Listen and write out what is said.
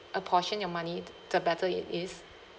apportion your money the better it is